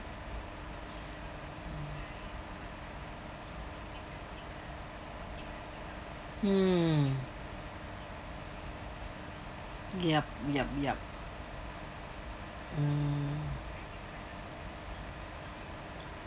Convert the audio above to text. hmm yup yup yup mm